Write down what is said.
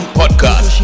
podcast